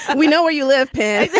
and we know where you live here.